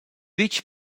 vitg